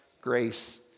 grace